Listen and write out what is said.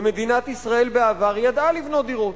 ומדינת ישראל בעבר ידעה לבנות דירות.